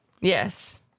Yes